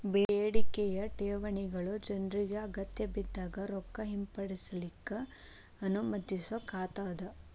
ಬೇಡಿಕೆಯ ಠೇವಣಿಗಳು ಜನ್ರಿಗೆ ಅಗತ್ಯಬಿದ್ದಾಗ್ ರೊಕ್ಕ ಹಿಂಪಡಿಲಿಕ್ಕೆ ಅನುಮತಿಸೊ ಖಾತಾ ಅದ